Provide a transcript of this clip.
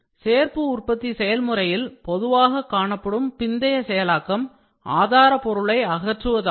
சேர்ப்பு உற்பத்தி செயல்முறையில் பொதுவாக காணப்படும் பிந்தைய செயலாக்கம் ஆதாரபொருளை அகற்றுவதாகும்